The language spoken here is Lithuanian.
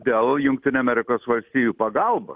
dėl jungtinių amerikos valstijų pagalbos